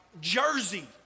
jersey